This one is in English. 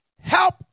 Help